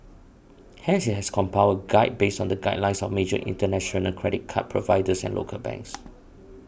hence it has compiled a guide based on the guidelines of major international credit card providers and local banks